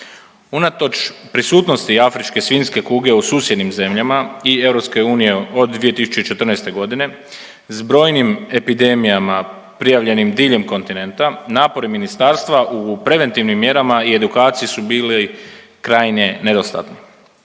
Unatoč prisutnosti afričke svinjske kuge u susjednim zemljama i EU od 2014. godine s brojnim epidemijama prijavljenim diljem kontinenta, napori ministarstva u preventivnim mjerama i edukaciji su bili krajnje nedostatni.